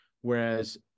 Whereas